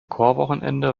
chorwochenende